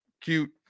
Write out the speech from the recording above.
cute